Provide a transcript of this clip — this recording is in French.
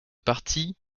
partie